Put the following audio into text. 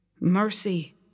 mercy